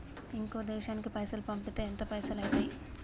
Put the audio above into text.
ఇంకో దేశానికి పైసల్ పంపితే ఎంత పైసలు అయితయి?